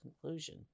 conclusion